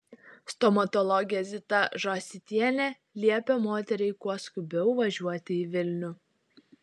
stomatologė zita žąsytienė liepė moteriai kuo skubiau važiuoti į vilnių